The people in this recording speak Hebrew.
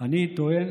אני טוען